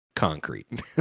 concrete